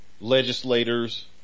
legislators